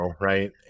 right